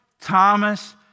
Thomas